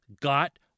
got